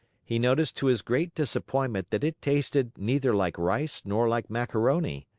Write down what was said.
he noticed to his great disappointment that it tasted neither like rice nor like macaroni.